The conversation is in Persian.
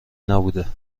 نبوده